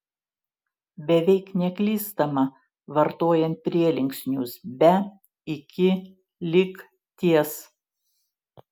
beveik neklystama vartojant prielinksnius be iki lig ties